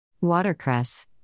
Watercress